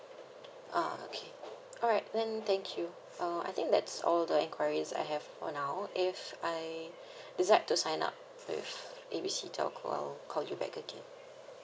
ah okay alright then thank you uh I think that's all the enquiries I have for now if I decide to sign up with A B C telco I will call you back again